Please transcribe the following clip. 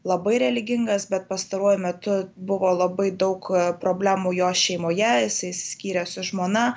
labai religingas bet pastaruoju metu buvo labai daug problemų jo šeimoje jisai išsiskyrė su žmona